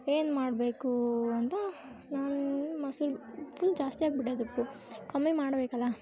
ಏನು ಮಾಡಬೇಕು ಅಂತ ನಾನು ಮೊಸರ್ ಫುಲ್ ಜಾಸ್ತಿಯಾಗ್ಬಿಟೈತ್ ಉಪ್ಪು ಕಮ್ಮಿ ಮಾಡ್ಬೇಕಲ್ವ